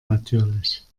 natürlich